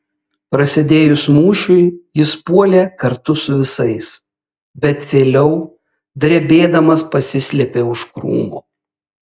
prasidėjus mūšiui jis puolė kartu su visais bet vėliau drebėdamas pasislėpė už krūmo